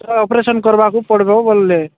ତ ଅପରେସନ୍ କରିବାକୁ ପଡ଼ିବ ବୋଲିଲେ